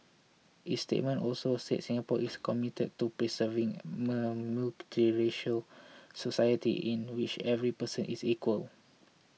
its statement also said Singapore is committed to preserving a multiracial society in which every person is equal